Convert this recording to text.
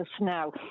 now